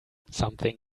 something